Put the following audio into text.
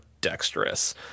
dexterous